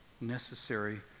necessary